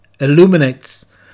illuminates